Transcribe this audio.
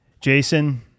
Jason